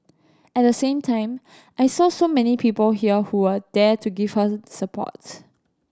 at the same time I saw so many people here who were there to give her support